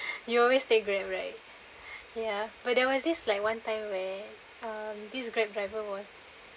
you always take Grab right ya but there was this like one time where um these Grab driver was